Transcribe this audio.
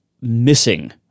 missing